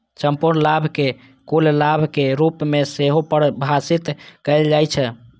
संपूर्ण लाभ कें कुल लाभक रूप मे सेहो परिभाषित कैल जाइ छै